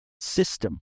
system